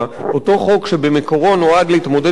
אותו חוק שבמקורו נועד להתמודד עם בעיות